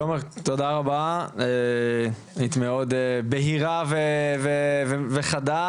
תומר תודה רבה, היית מאוד בהירה וחדה.